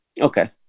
Okay